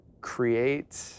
Create